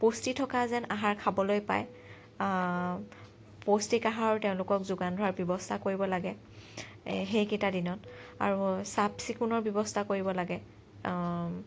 পুষ্টি থকা যেন আহাৰ যেন খাবলৈ পায় পৌষ্টিক আহাৰৰ তেওঁলোকক যোগান ধৰা ব্যৱস্থা কৰিব লাগে সেইকেইটা দিনত আৰু চাফ চিকুণৰ ব্যৱস্থা কৰিব লাগে